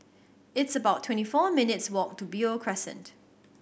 it's about twenty four minutes' walk to Beo Crescent